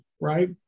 right